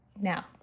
Now